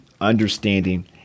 understanding